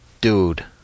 Dude